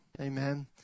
Amen